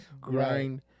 grind